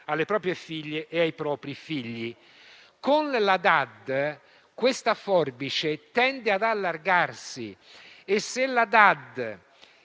alle proprie figlie e ai propri figli. Con la DAD questa forbice tende ad allargarsi. Se la DAD